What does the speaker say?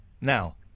Now